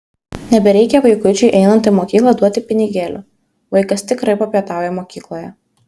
nebereikia vaikučiui einant į mokyklą duoti pinigėlių vaikas tikrai papietauja mokykloje